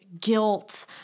guilt